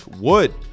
Wood